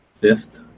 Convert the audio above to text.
fifth